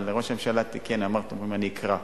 אבל ראש הממשלה תיקן ואמר שאומרים: אני אקרא לך.